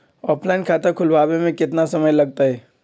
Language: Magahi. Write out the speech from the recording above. ऑफलाइन खाता खुलबाबे में केतना समय लगतई?